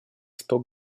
что